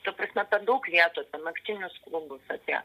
ta prasme apie daug vietų apie naktinius klubus apie